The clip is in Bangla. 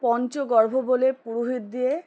পঞ্চগর্ভ বলে পুরোহিত দিয়ে